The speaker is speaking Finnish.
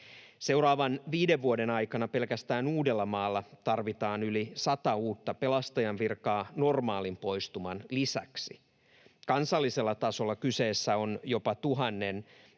Seuraavan viiden vuoden aikana pelkästään Uudellamaalla tarvitaan yli 100 uutta pelastajan virkaa normaalin poistuman lisäksi. Kansallisella tasolla kyseessä on jopa 1